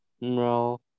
no